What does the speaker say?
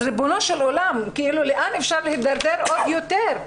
ריבונו של עולם, לאן אפשר להידרדר עוד יותר?